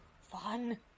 fun